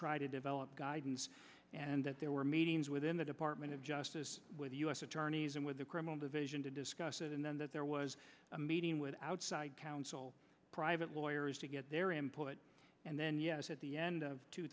try to develop guidance and that there were meetings within the department of justice with the u s attorneys and with the criminal division to discuss it and then that there was a meeting with outside counsel private lawyers to get their input and then yes at the end of two